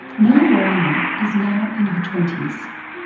nellie worringham is now in her twenty s.